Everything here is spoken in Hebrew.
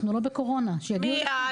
אנחנו לא בקורונה, שיגיעו לכאן.